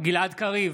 גלעד קריב,